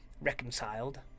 reconciled